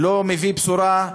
אינו מביא בשורה,